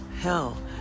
hell